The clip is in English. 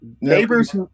neighbors